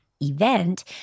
Event